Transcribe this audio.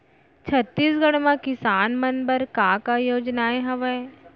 छत्तीसगढ़ म किसान मन बर का का योजनाएं हवय?